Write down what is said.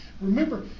Remember